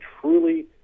truly